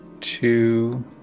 two